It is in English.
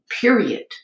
period